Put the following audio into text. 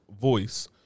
voice